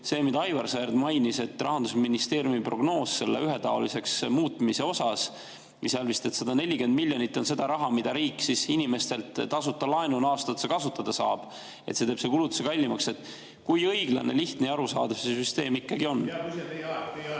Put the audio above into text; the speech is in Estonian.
selle, mida Aivar Sõerd mainis, et Rahandusministeeriumi prognoos ühetaoliseks muutmise korral oli, et 140 miljonit on seda raha, mida riik inimestelt tasuta laenuna aasta otsa kasutada saab. See teeb selle kulutuse kallimaks. Kui õiglane, lihtne ja arusaadav see süsteem ikkagi on?